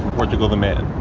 portugal. the man.